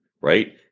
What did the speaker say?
right